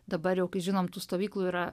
dabar jau kai žinom tų stovyklų yra